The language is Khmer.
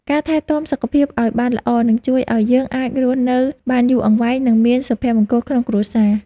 ការថែទាំសុខភាពឱ្យបានល្អនឹងជួយឱ្យយើងអាចរស់នៅបានយូរអង្វែង និងមានសុភមង្គលក្នុងគ្រួសារ។